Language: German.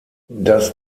das